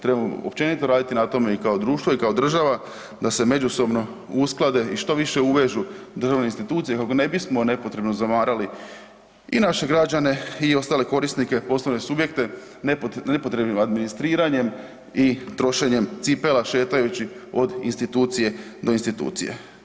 Trebamo općenito raditi na tome i kao društvo i kao država da se međusobno usklade i što više uvežu državne institucije kako ne bismo nepotrebno zamarali i naše građeni i ostale korisnike, poslovne subjekte nepotrebnim administriranjem i trošenjem cipela šetajući od institucije do institucije.